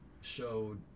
showed